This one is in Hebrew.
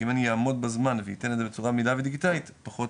כי אם אני אעמוד בזמן ואתן את זה בצורה מהירה ודיגיטלית פחות